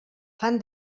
fan